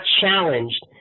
challenged